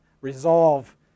resolve